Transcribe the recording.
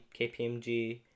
kpmg